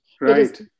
Right